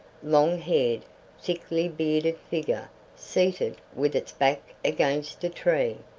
long-haired, thickly-bearded figure seated with its back against a tree,